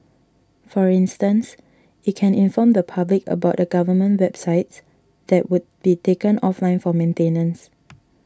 for instance it can inform the public about the government websites that would be taken offline for maintenance